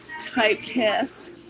typecast